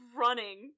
running